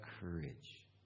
courage